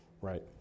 Right